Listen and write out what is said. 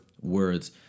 words